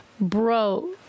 Bro